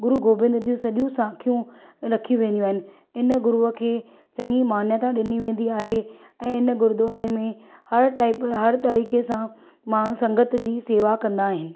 गुरू गोबिंद जूं सजि॒यूं साखियूं रखियूं वेंदियूं आहिनि इन गुरूअ खे चाङी मान्यता डि॒नी वेंदी आहे ऐं इन गुरूद्वारे में हर टाइप हर तरीक़े सां माण्हू संगत जी शेवा कंदा आहिनि